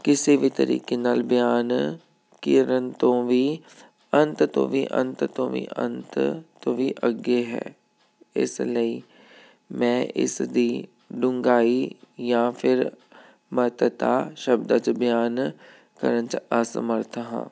ਕਿਸੇ ਵੀ ਤਰੀਕੇ ਨਾਲ ਬਿਆਨ ਕਰਨ ਤੋਂ ਵੀ ਅੰਤ ਤੋਂ ਵੀ ਅੰਤ ਤੋਂ ਵੀ ਅੰਤ ਤੋਂ ਵੀ ਅੱਗੇ ਹੈ ਇਸ ਲਈ ਮੈਂ ਇਸ ਦੀ ਡੂੰਘਾਈ ਜਾਂ ਫਿਰ ਮਹੱਤਤਾ ਸ਼ਬਦਾਂ 'ਚ ਬਿਆਨ ਕਰਨ 'ਚ ਅਸਮਰਥ ਹਾਂ